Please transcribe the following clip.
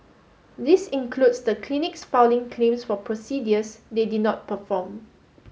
this includes the clinics filing claims for procedures they did not perform